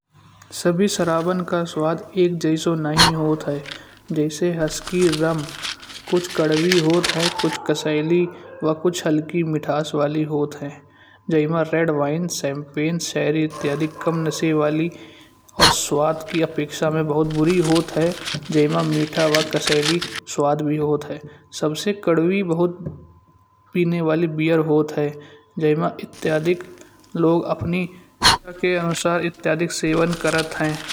सभी शराबन का स्वाद एक जैसा नहीं होत ह। जइसे हस्की रम कुछ कड़वी होत है कुछ कसैली व कुछ हल्की मिठास वाली होत है। जई मा रेड वाइन सैंपियन शहरी इत्यादि कम नशे वाली और स्वाद की अपेक्षा में बहुत बुरी होत है जई मा मीठा वा कसैली स्वाद भी होत है। सबसे कड़वी बहुत पीने वाली बीयर होत है। जयिमा इत्यादिक लोग अपनी इच्छा के अनुसार इत्यधिक सेवन करत ह।